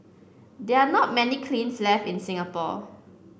there are not many kilns left in Singapore